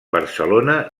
barcelona